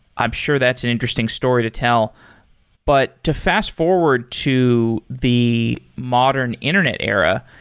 i'm sure that's an interesting story to tell but, to fast-forward to the modern internet era,